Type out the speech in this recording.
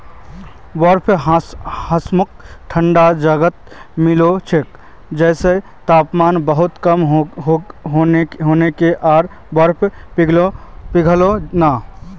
बर्फ हमसाक ठंडा जगहत मिल छेक जैछां तापमान बहुत कम होके आर बर्फ पिघलोक ना